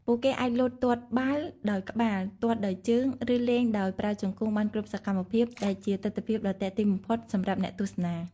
ពួកគេអាចលោតទាត់បាល់ដោយក្បាល ទាត់ដោយជើង ឬលេងដោយប្រើជង្គង់បានគ្រប់សកម្មភាពដែលជាទិដ្ឋភាពដ៏ទាក់ទាញបំផុតសម្រាប់អ្នកទស្សនា។